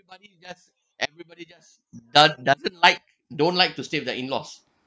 everybody just everybody just does doesn't like don't like to stay with their in-laws